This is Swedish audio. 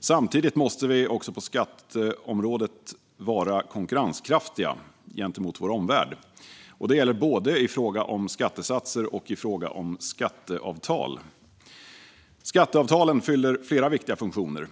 Samtidigt måste vi också på skatteområdet vara konkurrenskraftiga gentemot vår omvärld. Det gäller både i fråga om skattesatser och i fråga om skatteavtal. Skatteavtalen fyller flera viktiga funktioner.